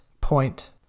point